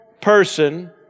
person